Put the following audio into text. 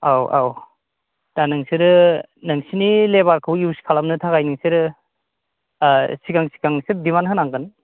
औ औ दा नोंसोरो नोंसिनि लेभारखौ इयुस खालामनो थाखाय नोंसोरो सिगां सिगां नोंसोर डिमान्द होनांगोन